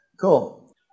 Cool